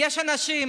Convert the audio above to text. יש אנשים,